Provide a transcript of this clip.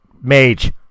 mage